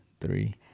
three